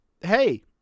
hey